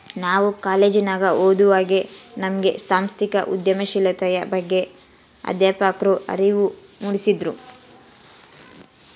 ನಾವು ಕಾಲೇಜಿನಗ ಓದುವಾಗೆ ನಮ್ಗೆ ಸಾಂಸ್ಥಿಕ ಉದ್ಯಮಶೀಲತೆಯ ಬಗ್ಗೆ ಅಧ್ಯಾಪಕ್ರು ಅರಿವು ಮೂಡಿಸಿದ್ರು